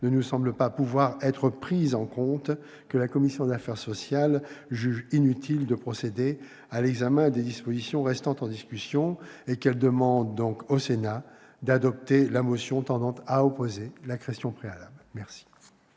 ne nous semblent pas pouvoir être prises en compte, que la commission des affaires sociales juge inutile de procéder à l'examen des dispositions restant en discussion et qu'elle demande au Sénat d'adopter la motion tendant à opposer la question préalable. La